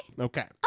Okay